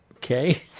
Okay